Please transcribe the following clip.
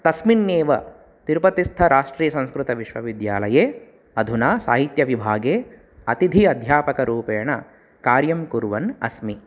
तस्मिन् एव तिरुपतिस्थ राष्ट्रीयसंस्कृतविश्वविद्यालये अधुना साहित्यविभागे अतिथि अध्यापकरूपेण कार्यं कुर्वन् अस्मि